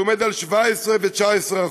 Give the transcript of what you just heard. שעומד על 17% ו-19%.